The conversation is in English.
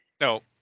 No